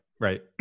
right